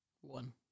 One